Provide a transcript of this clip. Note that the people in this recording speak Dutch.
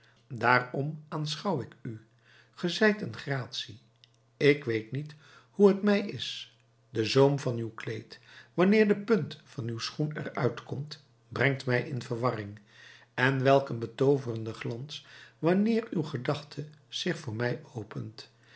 daarom aanschouw ik u ge zijt een gratie ik weet niet hoe t mij is de zoom van uw kleed wanneer de punt van uw schoen er uit komt brengt mij in verwarring en welk een betooverende glans wanneer uw gedachte zich voor mij opent